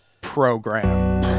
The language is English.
program